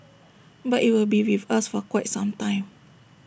but IT will be with us for quite some time